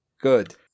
Good